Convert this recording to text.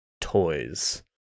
toys